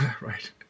Right